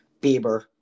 Bieber